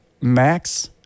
Max